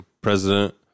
president